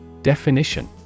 Definition